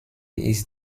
ist